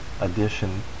edition